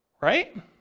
right